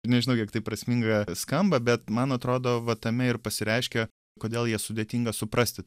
nežinau kiek tai prasminga skamba bet man atrodo va tame ir pasireiškia kodėl ją sudėtinga suprasti